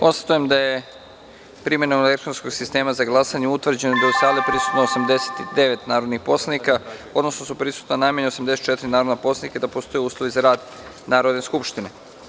Konstatujem da je primenom elektronskog sistema za glasanje utvrđeno da je u saliprisutno 89 narodnih poslanika, odnosno da su prisutna najmanje 84 narodna poslanika i da postoje uslovi za rad Narodne skupštine.